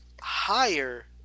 higher